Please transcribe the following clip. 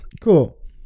Cool